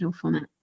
format